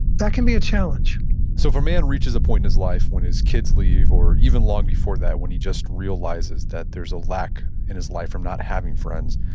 that can be a challenge so if a man reaches a point in his life when his kids leave or even long before that, when he just realizes that there's a lack in his life from not having friends,